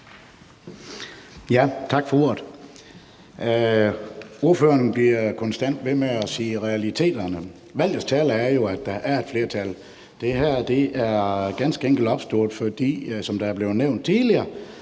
Tak for ordet. Ordføreren bliver konstant ved med at sige »realiteterne«. Valgets tale er jo, at der er et flertal. Det her er ganske enkelt opstået, fordi der, som det er blevet nævnt tidligere,